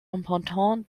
importante